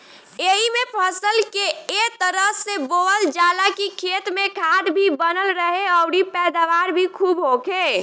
एइमे फसल के ए तरह से बोअल जाला की खेत में खाद भी बनल रहे अउरी पैदावार भी खुब होखे